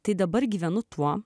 tai dabar gyvenu tuo